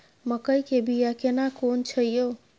मकई के बिया केना कोन छै यो?